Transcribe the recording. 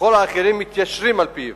וכל האחרים מתיישרים על-פיו,